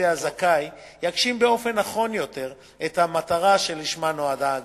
לידי הזכאי יגשים באופן נכון יותר את המטרה שלשמה נועדה הגמלה.